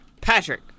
Patrick